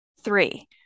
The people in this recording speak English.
Three